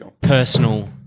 personal